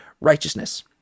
righteousness